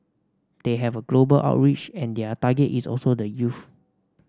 they have a global outreach and their target is also the youth